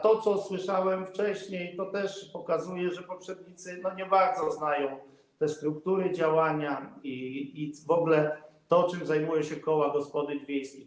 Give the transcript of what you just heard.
To, co słyszałem wcześniej, też pokazuje, że poprzednicy nie bardzo znają struktury działania i w ogóle sprawy, którymi zajmują się koła gospodyń wiejskich.